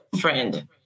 friend